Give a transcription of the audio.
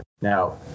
Now